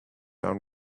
down